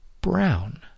brown